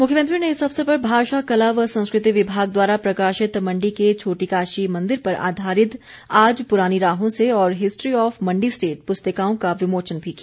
मुख्यमंत्री ने इस अवसर पर भाषा कला व संस्कृति विभाग द्वारा प्रकाशित मंडी के छोटी काशी मंदिर पर आधारित आज पुरानी राहों से और हिस्ट्री ऑफ मंडी स्टेट पुस्तिकाओं का विमोचन भी किया